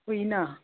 ꯎꯏꯅ